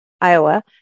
Iowa